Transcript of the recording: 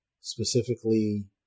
specifically